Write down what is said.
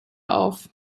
auf